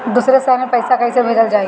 दूसरे शहर में पइसा कईसे भेजल जयी?